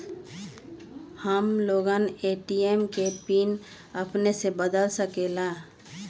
हम लोगन ए.टी.एम के पिन अपने से बदल सकेला?